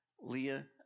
Leah